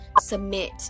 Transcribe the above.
submit